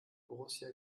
borussia